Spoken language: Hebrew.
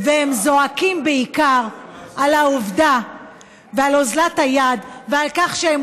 והם זועקים בעיקר על אוזלת היד ועל העובדה שהם